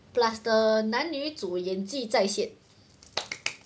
plus the 男女主演技在线